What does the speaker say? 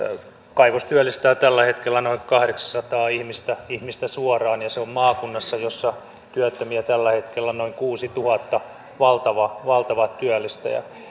kaivos työllistää tällä hetkellä noin kahdeksansataa ihmistä ihmistä suoraan ja se on maakunnassa jossa työttömiä tällä hetkellä on noin kuusituhatta valtava valtava työllistäjä